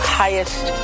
highest